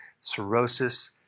cirrhosis